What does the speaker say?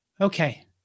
Okay